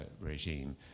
regime